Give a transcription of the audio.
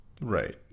Right